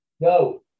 Go